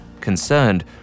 Concerned